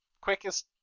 quickest